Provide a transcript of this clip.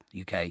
UK